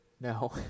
No